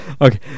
Okay